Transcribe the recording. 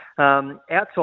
Outside